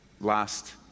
Last